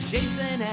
Jason